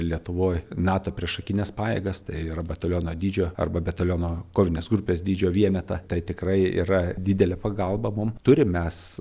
lietuvoj nato priešakines pajėgas tai yra bataliono dydžio arba bataliono kovinės grupės dydžio vienetą tai tikrai yra didelė pagalba mum turim mes